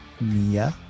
Mia